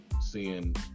seeing